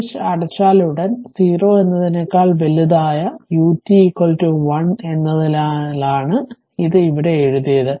switch അടച്ചാലുടൻ 0 എന്നതിനേക്കാൾ വലുതായ ut 1 എന്നതിനാലാണ് ഇത് ഇവിടെ എഴുതിയത്